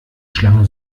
schlange